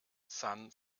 san